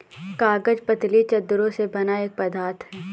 कागज पतली चद्दरों से बना एक पदार्थ है